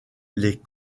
les